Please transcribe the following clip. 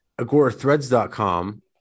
Agorathreads.com